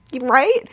Right